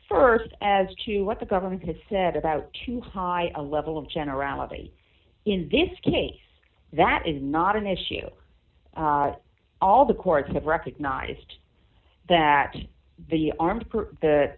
quick st as to what the government has said about too high a level of generality in this case that is not an issue all the courts have recognized that the arms the